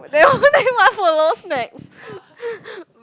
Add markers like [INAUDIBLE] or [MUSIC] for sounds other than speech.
[LAUGHS] what one follows next [LAUGHS]